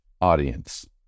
audience